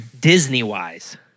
Disney-wise